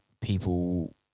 people